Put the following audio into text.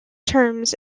terms